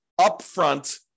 upfront